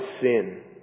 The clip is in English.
sin